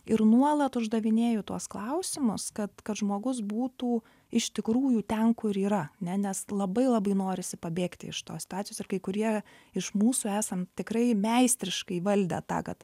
ir nuolat uždavinėju tuos klausimus kad kad žmogus būtų iš tikrųjų ten kur yra ne nes labai labai norisi pabėgti iš tos situacijos ir kai kurie iš mūsų esam tikrai meistriškai įvaldę tą kad